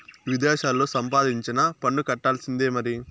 విదేశాల్లా సంపాదించినా పన్ను కట్టాల్సిందే మరి